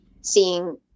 seeing